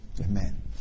Amen